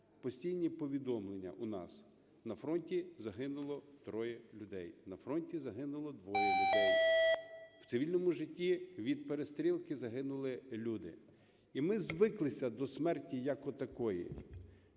постійні повідомлення у нас: на фронті загинуло троє людей, на фронті загинуло двоє людей, у цивільному житті від перестрілки загинули люди. І ми звикли до смерті як отакої.